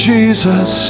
Jesus